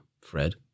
Fred